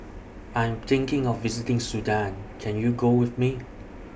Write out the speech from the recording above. I Am thinking of visiting Sudan Can YOU Go with Me